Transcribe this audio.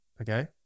Okay